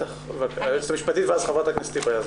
היועצת המשפטית ואחריה חברת הכנסת יזבק.